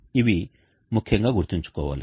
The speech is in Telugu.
ఇవి ముఖ్యంగా గుర్తుంచుకోవాలి